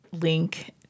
link